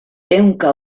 ehunka